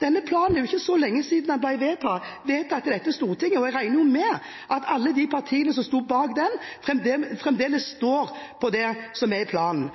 er ikke så lenge siden denne planen ble vedtatt i Stortinget, og jeg regner med at alle de partiene som sto bak den, fremdeles står på det som er i planen.